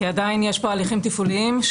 כי עדיין יש פה הליכים תפעוליים,